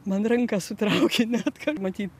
man ranką sutraukė net ką matyt